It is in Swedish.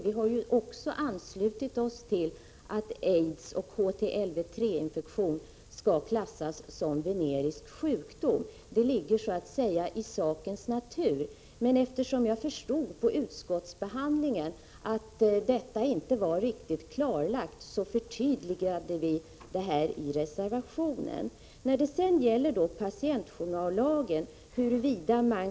Vi har också anslutit oss till att aids och HTLV-III-infektion skall klassas som venerisk sjukdom — det ligger i sakens natur. Eftersom jag vid utskottsbehandlingen förstod att detta inte var riktigt klarlagt, förtydligade vi det i reservationen. När det sedan gäller huruvida man kan göra uppmjukningar i pa = Prot.